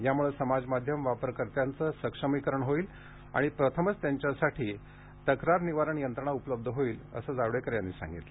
यामुळे समाज माध्यम वापरकर्त्यांचं सक्षमीकरण होईल आणि प्रथमच त्यांच्यासाठी तक्रार निवारण यंत्रणा उपलब्ध होईल असं जावडेकर म्हणाले